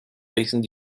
facing